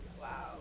Wow